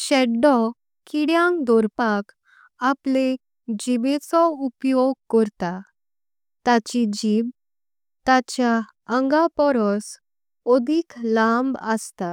शेड्डो किदेन्क दॊरपाक आपले जिबेचॊ उपयॊग करता। ताची जिब ताच्या आंगापॊरॊस ओदिक लांब असता।